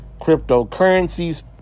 cryptocurrencies